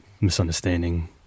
misunderstanding